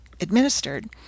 administered